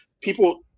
people